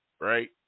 right